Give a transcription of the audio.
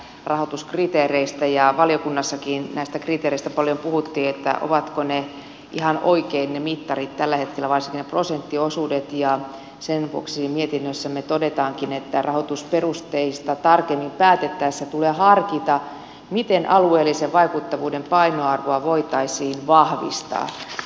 valiokunnassakin näistä kriteereistä paljon puhuttiin että ovatko ne mittarit ihan oikein tällä hetkellä varsinkin ne prosenttiosuudet ja sen vuoksi mietinnössämme todetaankin että rahoitusperusteista tarkemmin päätettäessä tulee harkita miten alueellisen vaikuttavuuden painoarvoa voitaisiin vahvistaa